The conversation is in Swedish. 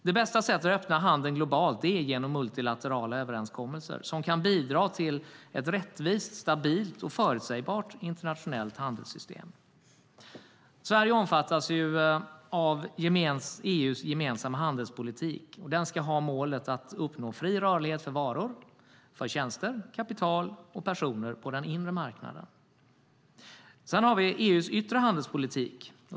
Det bästa sättet att öppna handeln globalt är genom multilaterala överenskommelser som kan bidra till ett rättvist, stabilt och förutsägbart internationellt handelssystem. Sverige omfattas av EU:s gemensamma handelspolitik. Den ska ha målet att uppnå fri rörlighet för varor, tjänster, kapital och personer på den inre marknaden. Sedan har vi EU:s yttre handelspolitik.